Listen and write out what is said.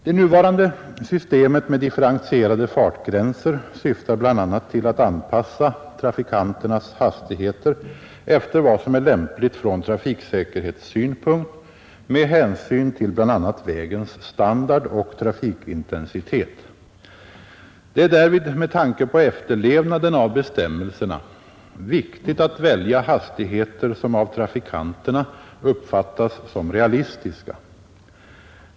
Det nuvarande systemet med differentierade fartgränser syftar bl.a. till att anpassa trafikanternas hastigheter efter vad som är lämpligt från trafiksäkerhetssynpunkt med hänsyn till bl.a. vägens standard och trafikintensitet. Det är därvid med tanke på efterlevnaden av bestämmelserna viktigt att välja hastigheter som av trafikanterna uppfattas om realistiska.